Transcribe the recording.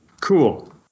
Cool